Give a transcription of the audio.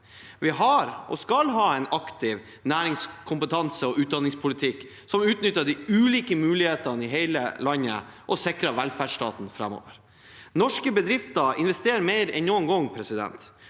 Vi har og skal ha en aktiv nærings-, kompetanse- og utdanningspolitikk som utnytter de ulike mulighetene i hele landet og sikrer velferdsstaten framover. Norske bedrifter investerer mer enn noen gang. Det